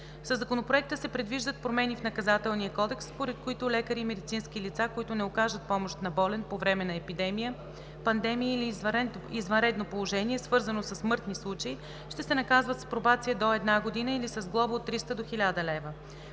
Със Законопроекта се предвиждат промени и в Наказателния кодекс, според които лекари и медицински лица, които не окажат помощ на болен по време на епидемия, пандемия или извънредно положение, свързано със смъртни случаи, ще се наказват с пробация до една година или с глоба от 300 до 1000 лева.